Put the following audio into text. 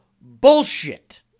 bullshit